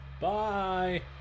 bye